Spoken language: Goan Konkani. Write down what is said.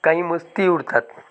कांही मस्ती उरतात